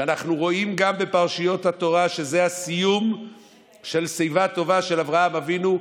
שאנחנו רואים גם בפרשיות התורה שזה הסיום של שיבה טובה של אברהם אבינו,